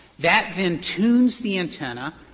that then tunes the antenna,